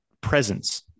presence